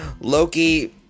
Loki